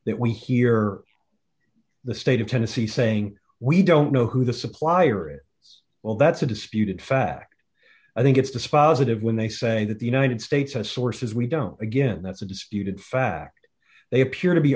that we hear the state of tennessee saying we don't know who the supplier it it's well that's a disputed fact i think it's dispositive when they say that the united states has sources we don't again that's a disputed fact they appear to be